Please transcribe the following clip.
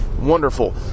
wonderful